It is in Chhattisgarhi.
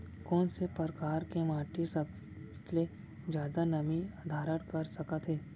कोन से परकार के माटी सबले जादा नमी धारण कर सकत हे?